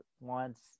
wants